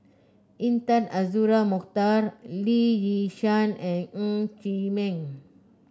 Intan Azura Mokhtar Lee Yi Shyan and Ng Chee Meng